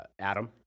Adam